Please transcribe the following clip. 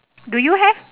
do you have